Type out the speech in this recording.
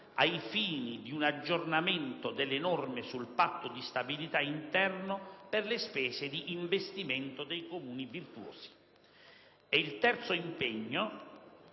ai fini di un aggiornamento delle norme sul Patto di stabilità interno per le spese di investimento dei comuni virtuosi; a prevedere